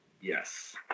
Yes